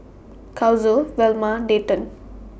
Kazuo Velma Dayton